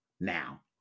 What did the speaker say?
now